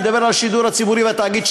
אני מדבר על השידור הציבורי והתאגיד.